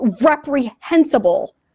reprehensible